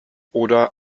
oder